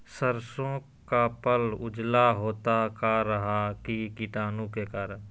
सरसो का पल उजला होता का रहा है की कीटाणु के करण?